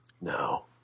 No